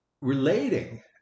relating